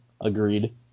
agreed